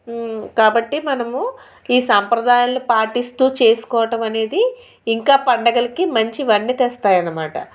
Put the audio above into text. కాబట్టి మనము ఈ సాంప్రదాయాలని పాటిస్తూ చేసుకోవటం అనేది ఇంకా పండుగలకి మంచి వన్నె తెస్తాయి అనమాట